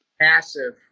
Passive